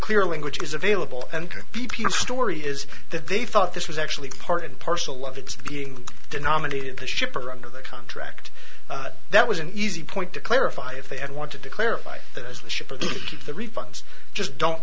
clear language is available and the people story is that they thought this was actually part and parcel of its being denominated the shipper under their contract that was an easy point to clarify if they had wanted to clarify that as the ship of the refunds just don't